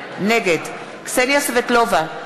נגד קסניה סבטלובה,